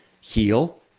heal